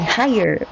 higher